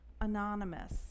Anonymous